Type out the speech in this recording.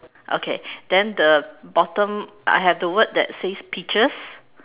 okay then the bottom I have the word that says peaches